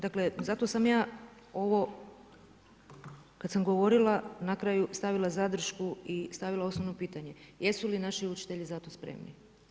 Dakle, zato sam ja ovo kad sam govorilo, na kraju stavila zadršku i stavila osnovno pitanje jesu li naši učitelji za to spremni?